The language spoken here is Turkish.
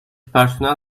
personel